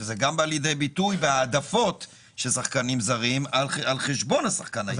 שזה גם בא לידי ביטוי בהעדפות של שחקנים זרים על חשבון השחקן הישראלי.